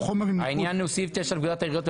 העניין הוא סעיף 9ב לפקודת העיריות,